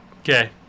Okay